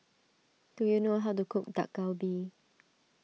do you know how to cook Dak Galbi